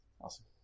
Awesome